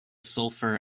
sulfur